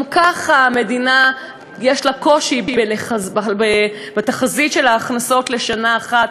גם ככה למדינה יש קושי בתחזית של ההכנסות לשנה אחת,